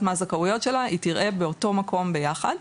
מהזכאויות שלה היא תראה באותו מקום ביחד,